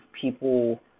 people